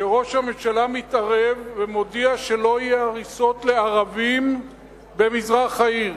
ראש הממשלה מתערב ומודיע שלא יהיו הריסות לערבים במזרח העיר.